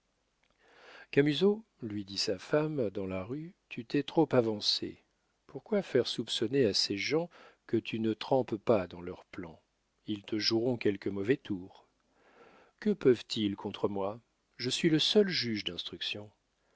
camusot lui dit sa femme dans la rue tu t'es trop avancé pourquoi faire soupçonner à ces gens que tu ne trempes pas dans leurs plans ils te joueront quelque mauvais tour que peuvent-ils contre moi je suis le seul juge d'instruction